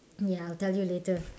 ya I'll tell you later